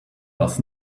does